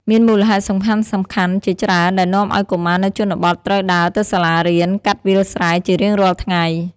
មានមូលហេតុសំខាន់ៗជាច្រើនដែលនាំឲ្យកុមារនៅជនបទត្រូវដើរទៅសាលារៀនកាត់វាលស្រែជារៀងរាល់ថ្ងៃ។